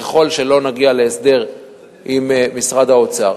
ככל שלא נגיע להסדר עם משרד האוצר,